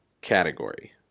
category